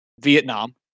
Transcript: Vietnam